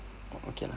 oh okay ah